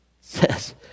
says